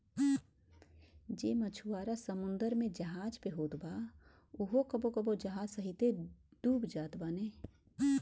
जे मछुआरा समुंदर में जहाज पे होत बा उहो कबो कबो जहाज सहिते डूब जात बाने